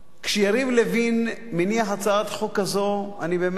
כשיריב לוין מניח הצעת חוק כזאת, אני באמת,